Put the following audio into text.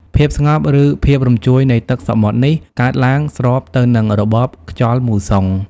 ភាពស្ងប់ ឬភាពរញ្ជួយនៃទឹកសមុទ្រនេះ កើតឡើងស្របទៅនឹង របបខ្យល់មូសុង។